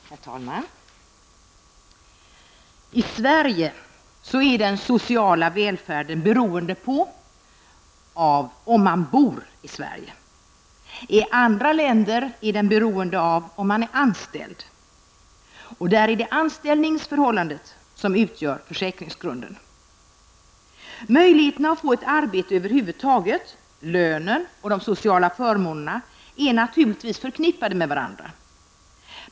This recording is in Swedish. Herr talman! I Sverige är den sociala välfärden beroende av om man bor i Sverige. I andra länder är den sociala välfärden beroende av om man är anställd. Där är det anställningsförhållandet som utgör försäkringsgrund. Möjligheterna att få ett arbete över huvud taget, lönen och de sociala förmånerna är naturligtvis förknippade med varandra.